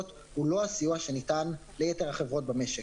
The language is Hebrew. הוא לא הסיוע שניתן לייתר החברות במשק,